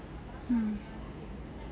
mm